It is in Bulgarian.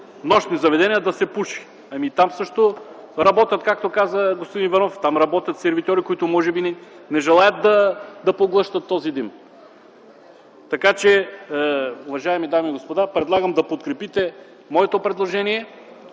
нощно заведение да се пуши. Ами там също работят, както каза господин Иванов, сервитьори, които може би не желаят да поглъщат този дим. Така че, уважаеми дами и господа, предлагам да подкрепите моето предложение